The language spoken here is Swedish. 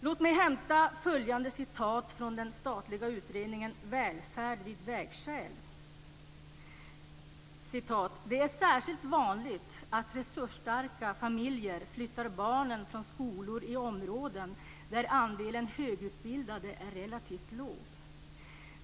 Låt mig hämta följande citat från den statliga utredningen Välfärd vid vägskäl. Där framgår att det är särskilt vanligt att resursstarka familjer flyttar barnen från skolor i områden där andelen högutbildade är relativt låg.